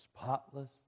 spotless